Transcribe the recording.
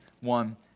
one